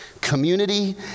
Community